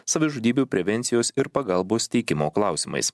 savižudybių prevencijos ir pagalbos teikimo klausimais